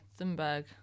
Thunberg